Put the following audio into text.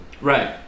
Right